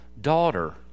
daughter